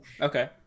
Okay